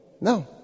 No